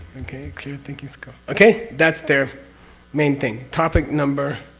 okay? clear thinking school. okay? that's their main thing, topic number?